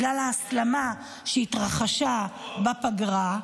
בנוסף, בגלל ההסלמה שהתרחשה בפגרה,